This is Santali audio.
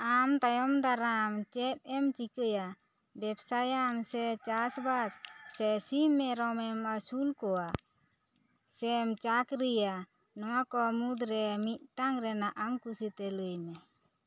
ᱟᱢ ᱛᱟᱭᱚᱢ ᱫᱟᱨᱟᱢ ᱪᱮᱫ ᱮᱢ ᱪᱤᱠᱟᱹᱭᱟ ᱵᱮᱵᱥᱟᱭᱟᱢ ᱥᱮ ᱪᱟᱥ ᱵᱟᱥ ᱥᱮ ᱥᱤᱢ ᱢᱮᱨᱚᱢ ᱮᱢ ᱟᱹᱥᱩᱞ ᱠᱚᱣᱟ ᱥᱮᱢ ᱪᱟᱠᱨᱤᱭᱟ ᱱᱚᱣᱟ ᱠᱚ ᱢᱩᱫᱽ ᱨᱮ ᱢᱤᱫ ᱴᱟᱱ ᱟᱢ ᱠᱩᱥᱤ ᱛᱮ ᱞᱟᱹᱭ ᱢᱮ